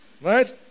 Right